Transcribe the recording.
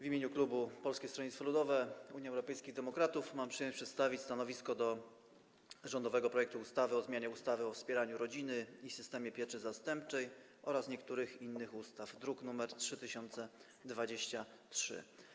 W imieniu klubu Polskiego Stronnictwa Ludowego - Unii Europejskich Demokratów mam przyjemność przedstawić stanowisko wobec rządowego projektu ustawy o zmianie ustawy o wspieraniu rodziny i systemie pieczy zastępczej oraz niektórych innych ustaw, druk nr 3023.